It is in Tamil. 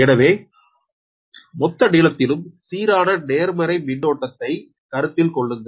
எனவே மொத நீளத்திலும் சீரான நேர்மறை மின்னோட்டத்தை கருத்தில் கொள்ளுங்கள்